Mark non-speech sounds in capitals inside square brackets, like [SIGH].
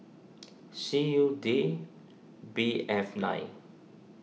[NOISE] C U D B F nine